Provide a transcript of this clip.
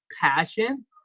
passion